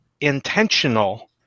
intentional